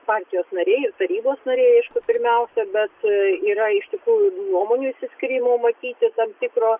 partijos nariai ir tarybos nariai aišku pirmiausia bet yra iš tikrųjų nuomonių išsiskyrimų matyti tam tikro